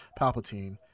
Palpatine